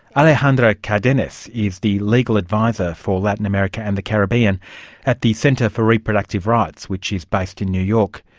alejandra cardenas is the legal adviser for latin america and the caribbean at the centre for reproductive rights which is based in new york.